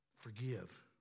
Forgive